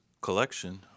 collection